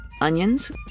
onions